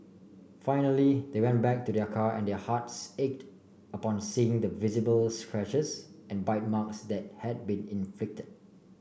finally they went back to their car and their hearts ached upon seeing the visible scratches and bite marks that had been inflicted